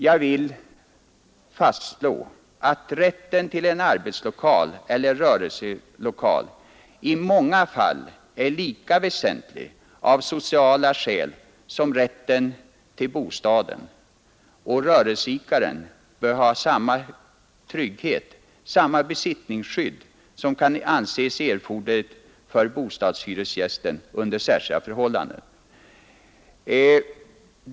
Jag vill fastslå att rätten till en arbetslokal eller rörelselokal i många fall är lika väsentlig av sociala skäl som rätten till bostaden, och rörelseidkaren bör ha samma trygghet, samma besittningsskydd, som kan anses erforderligt för bostadshyresgästen under särskilda förhållanden.